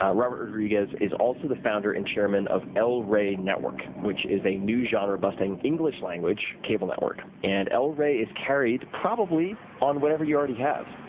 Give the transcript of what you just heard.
ah robert rodriguez is also the founder and chairman of el rey network, which is a new genre busting, english language cable network. and el rey is carried probably on whatever you already have.